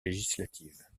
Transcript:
législative